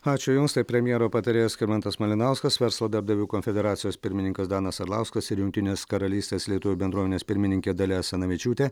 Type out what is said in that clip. ačiū jums tai premjero patarėjas skirmantas malinauskas verslo darbdavių konfederacijos pirmininkas danas arlauskas ir jungtinės karalystės lietuvių bendruomenės pirmininkė dalia asanavičiūtė